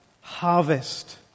harvest